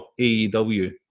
AEW